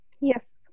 Yes